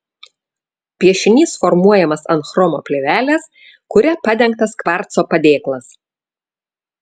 piešinys formuojamas ant chromo plėvelės kuria padengtas kvarco padėklas